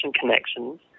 connections